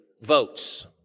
votes